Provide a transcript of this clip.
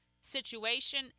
situation